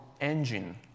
engine